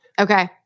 okay